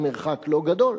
המרחק לא גדול.